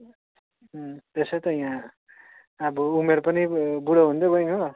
उम् त्यसै ता यहाँ अब उमेर पनि बुढो हुँदै गयो हो